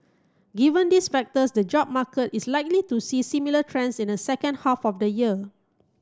given these factors the job market is likely to see similar trends in the second half of the year